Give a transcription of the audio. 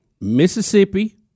Mississippi